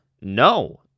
No